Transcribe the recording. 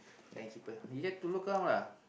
Giant cheaper you get to look around lah